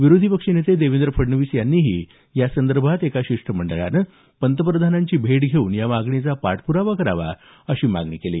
विरोधी पक्षनेते देवेंद्र फडणवीस यांनीही यासंदर्भात एका शिष्टमंडळानं पंतप्रधानांची भेट घेऊन या मागणीचा पाठप्रावा करावा अशी मागणी केली